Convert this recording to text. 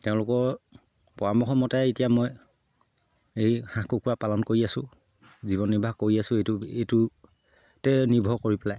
তেওঁলোকৰ পৰামৰ্শ মতে এতিয়া মই এই হাঁহ কুকুৰা পালন কৰি আছো জীৱন নিৰ্বাহ কৰি আছো এইটো এইটোতে নিৰ্ভৰ কৰি পেলাই